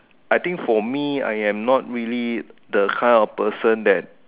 I think for me I am not really the kind of person that